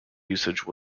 usage